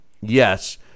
Yes